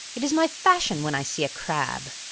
it is my fashion when i see a crab.